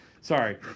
Sorry